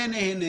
זה נהנה